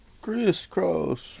Crisscross